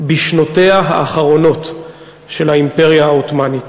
בשנותיה האחרונות של האימפריה העות'מאנית.